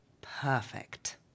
Perfect